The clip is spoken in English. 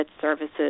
services